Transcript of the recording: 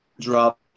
drop